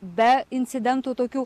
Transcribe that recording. be incidentų tokių